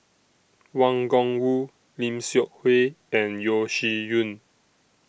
Wang Gungwu Lim Seok Hui and Yeo Shih Yun